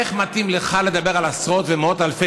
איך מתאים לך לדבר על עשרות ומאות אלפי